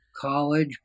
college